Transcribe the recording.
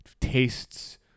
tastes